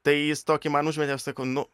tai jis tokį man užmetė aš sakau nu